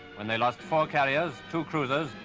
when they lost four carriers, two cruisers,